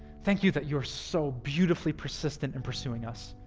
thank you that you're so beautifully persistent in pursuing us.